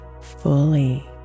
fully